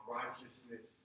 righteousness